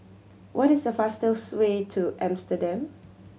what is the fastest way to Amsterdam